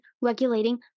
regulating